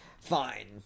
fine